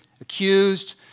accused